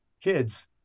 kids